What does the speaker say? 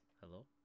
Hello